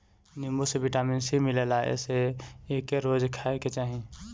नीबू में vitamin C मिलेला एसे एके रोज खाए के चाही